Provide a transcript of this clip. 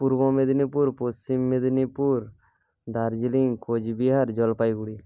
Purba Medinipur Paschim Medinipur Darjeeling Cooch Behar Jalpaiguri